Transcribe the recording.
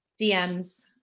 DMs